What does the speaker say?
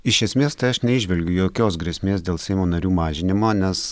iš esmės tai aš neįžvelgiu jokios grėsmės dėl seimo narių mažinimo nes